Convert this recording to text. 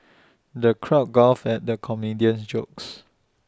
the crowd guffawed at the comedian's jokes